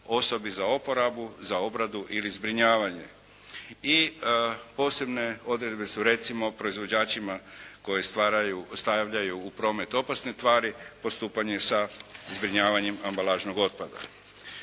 osobi za oporabu, za obradu ili zbrinjavanje. I posebne odredbe su recimo proizvođačima koje stavljaju u promet opasne tvari, postupanje sa zbrinjavanjem ambalažnog otpada.